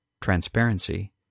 transparency